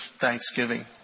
Thanksgiving